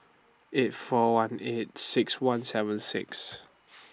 eight four one eight six one seven six